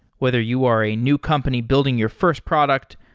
whether you are a new company building your first product,